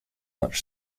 much